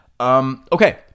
Okay